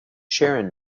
sharon